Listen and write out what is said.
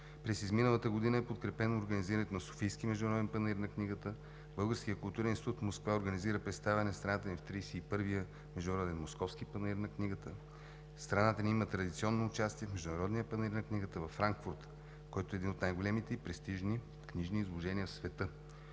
През изминалата година е подкрепено организирането на Софийския международен панаир на книгата, Българският културен институт в Москва организира представяне на страната ни в 31 я Международен московски панаир на книгата. Страната ни има традиционно участие в Международния панаир на книгата във Франкфурт, който е един от най-големите и престижни книжни изложения в света,